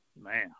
Man